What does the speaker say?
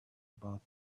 about